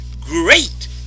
great